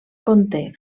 conté